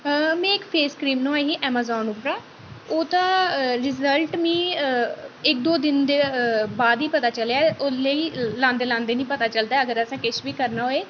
में इक face cream नोआई ही एमाजान उप्परा ओह्दा रिजल्ट मिगी इक दो दिन दे बाद ही पता चलेआ ओल्ले ही लांदे लांदे नी पता चलदा ऐ अगर असें किश बी करना होऐ